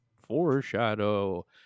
Foreshadow